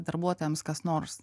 darbuotojams kas nors